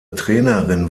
trainerin